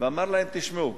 ואמר להם: תשמעו,